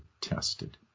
tested